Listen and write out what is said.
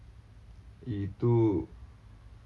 itu